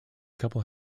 couple